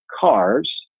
cars